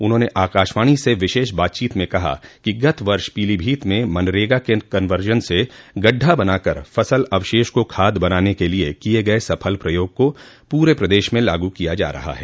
उन्होंने आकाशवाणी से विशेष बातचीत में कहा कि गत वर्ष पीलीभीत में मनरेगा के कन्वर्जन से गड्ढा बनाकर फसल अवशेष को खाद बनाने के लिए किये गये सफल प्रयोग को पूरे प्रदेश में लागू किया जा रहा है